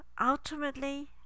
ultimately